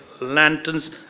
Lanterns